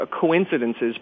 coincidences